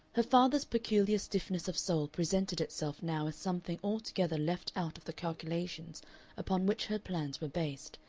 her father's peculiar stiffness of soul presented itself now as something altogether left out of the calculations upon which her plans were based,